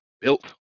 built